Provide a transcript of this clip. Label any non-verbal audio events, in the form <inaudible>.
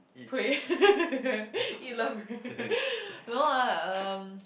pray <laughs> eat love pray <laughs> no lah um